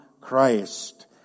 Christ